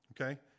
okay